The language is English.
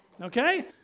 Okay